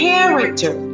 character